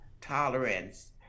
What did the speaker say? tolerance